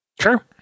Sure